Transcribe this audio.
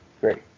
great